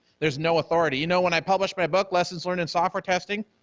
there's no authority. you know, when i published my book, lessons learned in software testing,